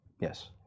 yes